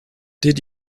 did